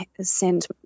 send